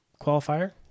qualifier